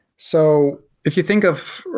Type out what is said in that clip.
so if you think of,